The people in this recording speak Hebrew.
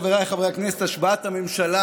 חבריי חברי הכנסת, השבעת הממשלה